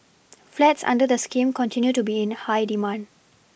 flats under the scheme continue to be in high demand